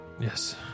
Yes